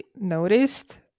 noticed